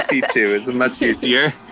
two is and much easier.